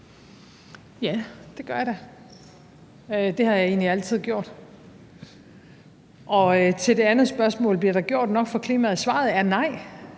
Ja, det gør jeg da. Det har jeg egentlig altid gjort. Og til det andet spørgsmål, om der bliver gjort nok for klimaet, er svaret nej